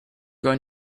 going